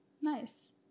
nice